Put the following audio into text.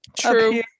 True